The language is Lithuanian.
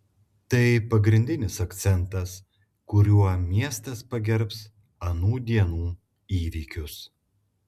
tai pagrindinis akcentas kuriuo miestas pagerbs anų dienų įvykius